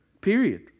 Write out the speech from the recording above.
Period